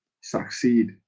succeed